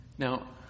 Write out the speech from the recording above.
Now